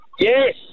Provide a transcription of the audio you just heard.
Yes